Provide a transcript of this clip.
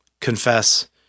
confess